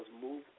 move